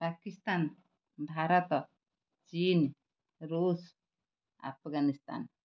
ପାକିସ୍ତାନ ଭାରତ ଚୀନ୍ ଋଷ ଆଫଗାନିସ୍ତାନ୍